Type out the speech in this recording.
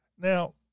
Now